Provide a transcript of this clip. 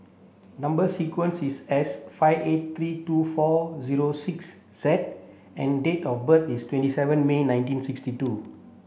number sequence is S five eight three two four zero six Z and date of birth is twenty seven May nineteen sixty two